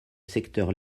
secteur